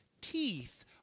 teeth